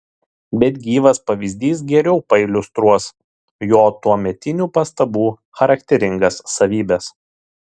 bet gyvas pavyzdys geriau pailiustruos jo tuometinių pastabų charakteringas savybes